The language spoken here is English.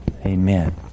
Amen